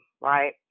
right